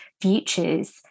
futures